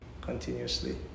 continuously